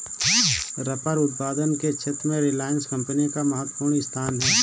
rubber उत्पादन के क्षेत्र में रिलायंस कम्पनी का महत्त्वपूर्ण स्थान है